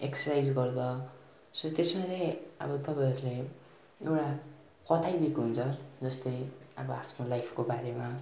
exercise गर्दा so त्यस्मा चाहिँ अब तपाईँहरूले एउटा कथा नै दिएको हुन्छ जस्तै अब आफ्नो लाइफको बारेमा